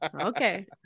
Okay